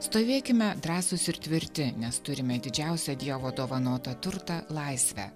stovėkime drąsūs ir tvirti nes turime didžiausią dievo dovanotą turtą laisvę